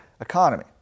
economy